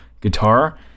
guitar